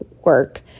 work